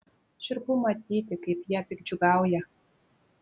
šiurpu matyti kaip jie piktdžiugiauja